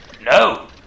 No